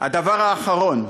הדבר האחרון,